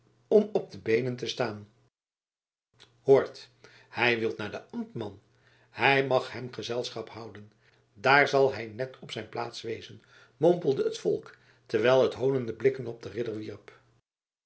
om op de beenen te staan hoort hij wil naar den ambtman hij mag hem gezelschap houden daar zal hij net op zijn plaats wezen mompelde het volk terwijl het hoonende blikken op den ridder